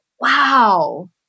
Wow